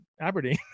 Aberdeen